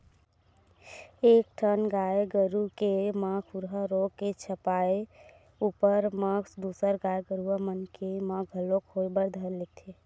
एक ठन गाय गरु के म खुरहा रोग के छपाय ऊपर म दूसर गाय गरुवा मन के म घलोक होय बर धर लेथे